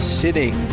sitting